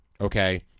Okay